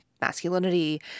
Masculinity